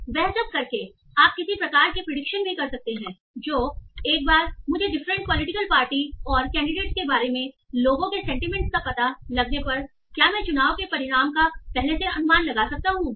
और वह सब करके आप किसी प्रकार की प्रीडिक्शन भी कर सकते हैं जो एक बार मुझे डिफरेंट पॉलीटिकल पार्टी और कैंडीडेट्स के बारे में लोगों के सेंटीमेंट्स का पता लगने पर क्या मैं चुनाव के परिणाम का पहले से अनुमान लगा सकता हूं